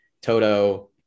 Toto